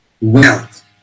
Wealth